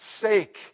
sake